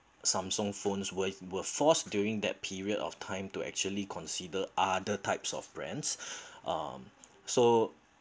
Samsung phones were were forced during that period of time to actually consider other types of brands um so